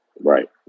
Right